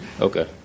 okay